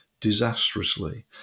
disastrously